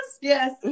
yes